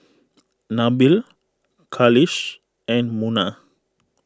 Nabil Khalish and Munah